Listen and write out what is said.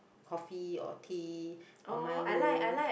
coffee or tea or milo